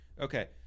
Okay